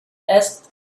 asked